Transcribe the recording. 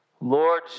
Lord